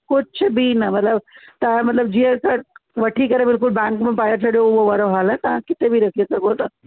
कुझु बि न मतिलबु तव्हां मतिलबु जीअं तव्हां वठी करे बिल्कुलु बैंक में पाए छॾियो उहो वारो हाल आहे तव्हां किथे बि रखी सघो था